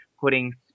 putting